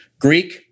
Greek